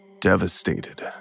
devastated